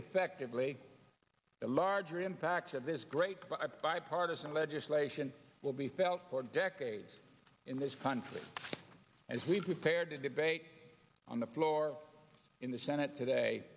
effectively the larger impacts of this great bipartisan legislation will be felt for decades in this country as we prepared to debate on the floor in the senate today